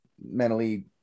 mentally